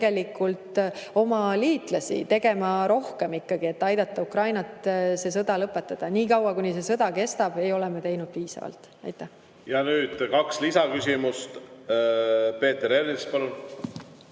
veename oma liitlasi tegema rohkem, et aidata Ukrainal sõda lõpetada. Niikaua kui see sõda kestab, ei ole me teinud piisavalt. Ja nüüd kaks lisaküsimust. Peeter Ernits, palun!